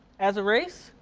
as a race,